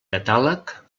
catàleg